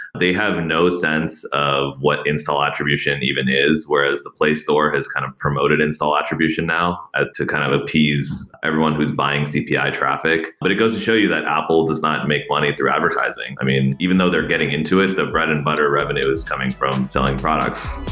they have no sense of what install attribution even is. whereas, the play store has kind of promoted install attribution now ah to kind of appease everyone who's buying cpi traffic. but it goes to show you that apple does not make money through advertising. i mean, even though they're getting into it, the bread and butter revenue is coming from selling products